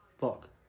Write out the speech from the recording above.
look